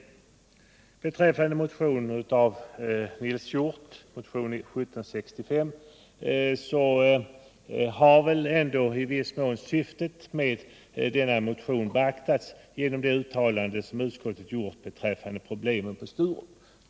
När det gäller motionen 1765 av Nils Hjorth så har i viss mån syftet med motionen beaktats genom det uttalande som utskottet gjort beträffande problemen på Sturup.